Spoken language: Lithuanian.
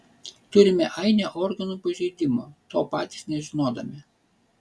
turime ainę organų pažeidimų to patys nežinodami